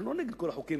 אנחנו לא נגד כל החוקים.